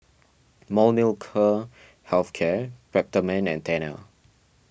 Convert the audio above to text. Molnylcke Health Care Peptamen and Tena